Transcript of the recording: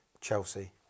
Chelsea